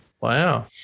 Wow